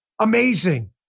Amazing